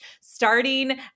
starting